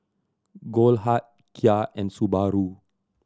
Goldheart Kia and Subaru